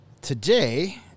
Today